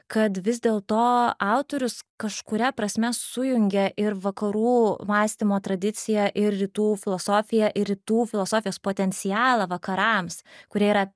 kad vis dėlto autorius kažkuria prasme sujungia ir vakarų mąstymo tradiciją ir rytų filosofiją ir rytų filosofijos potencialą vakarams kurie yra